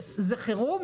זה חירום?